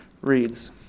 reads